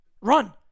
Run